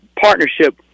partnership